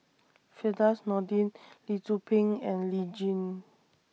Firdaus Nordin Lee Tzu Pheng and Lee Tjin